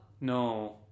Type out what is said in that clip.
No